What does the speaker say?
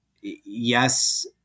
yes